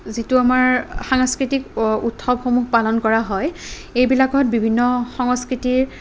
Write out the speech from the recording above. যিটো আমাৰ সাংস্কৃতিক উৎসৱসমূহ পালন কৰা হয় এইবিলাকত বিভিন্ন সংস্কৃতিৰ